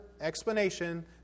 explanation